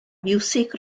fiwsig